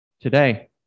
Today